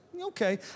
okay